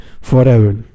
forever